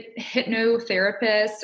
hypnotherapists